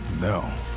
No